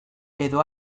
edo